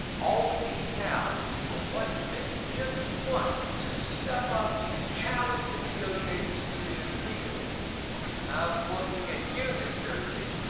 all we need now is for one state, just one, to step up and challenge the doj's decision legally. and i'm looking at you, new jersey!